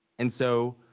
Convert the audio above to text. and so,